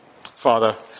Father